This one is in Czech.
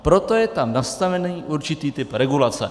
Proto je tam nastaven určitý typ regulace.